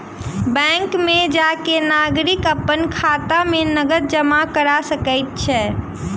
bank में जा के नागरिक अपन खाता में नकद जमा करा सकैत अछि